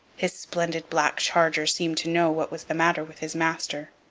his splendid black charger seemed to know what was the matter with his master,